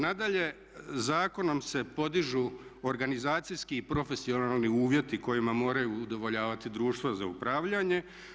Nadalje, zakonom se podižu organizacijski i profesionalni uvjeti kojima moraju udovoljavati društva za upravljanje.